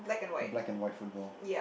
black and white football